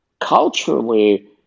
culturally